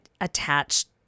attached